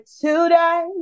today